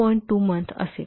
2 month असेल